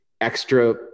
extra